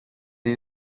die